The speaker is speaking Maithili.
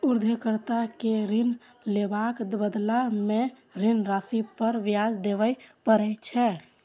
उधारकर्ता कें ऋण लेबाक बदला मे ऋण राशि पर ब्याज देबय पड़ै छै